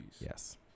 Yes